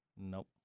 Nope